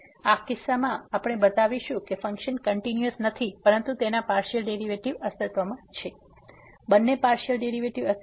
આ કિસ્સામાં અમે બતાવીશું કે ફંક્શન કંટીન્યુઅસ નથી પરંતુ તેના પાર્સીઅલ ડેરીવેટીવ અસ્તિત્વમાં છે બંને પાર્સીઅલ ડેરીવેટીવ અસ્તિત્વમાં છે